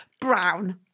brown